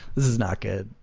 this is not good.